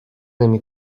نمی